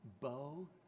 Bo